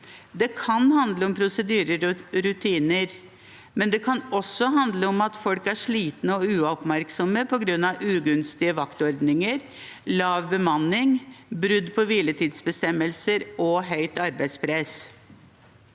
Det kan handle om prosedyrer og rutiner, men det kan også handle om at folk er slitne og uoppmerksomme på grunn av ugunstige vaktordninger, lav bemanning, brudd på hviletidsbestemmelser og høyt arbeidspress.